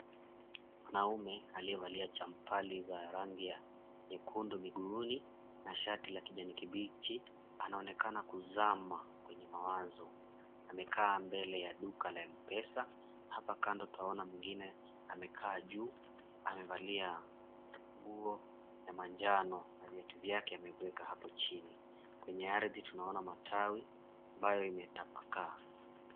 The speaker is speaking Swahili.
Mwanume aliyevalia champali za rangi ya nyekundu miguuni na shati la kijani kibichi anaonekana kuzama kwenye mawazo. Amekaa mbele ya duka la Mpesa hapa kando twaona mwingine amekaa juu amevalia nguo ya manjano na viatu vyake ameeka hapo chini. Kenye ardhi tunaona matawai ambayo imetapakaa.